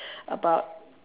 about